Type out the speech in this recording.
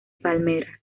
palmeras